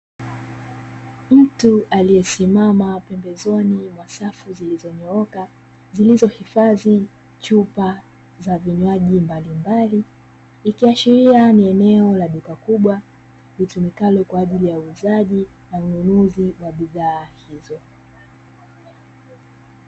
Mtu aliyesimama pembezoni mwa safu zilizonyooka zilizohifadhi chupa za vinywaji mbalimbali, ikiashiria ni eneo la duka kubwa litumikalo kwa ajili ya uuzaji na ununuzi wa bidhaa hizo.